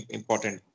important